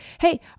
Hey